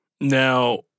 Now